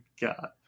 god